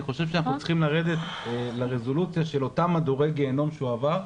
אני חושב שאנחנו צריכים לרדת לרזולוציה של אותם מדורי גיהינום שהוא עבר,